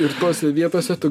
ir tose vietose tu